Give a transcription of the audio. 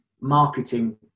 marketing